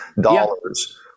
dollars